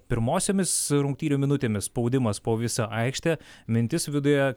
pirmosiomis rungtynių minutėmis spaudimas po visą aikštę mintis viduje